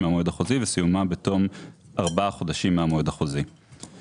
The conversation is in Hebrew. מהמועד החוזי וסיומה בתום ארבעה חודשים מהמועד החוזי.";